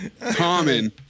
common